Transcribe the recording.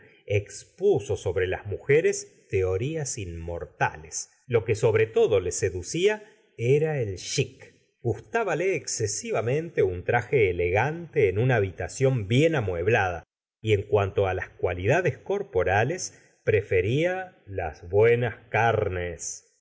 expuso sobre las mujeres teorías inmortales lo que sobre todo le seducía era el chic gustábale excesivamente un traje elegante en una habitación bien amueblada y en cuanto á las cualidades corporales prefería las buenas carnes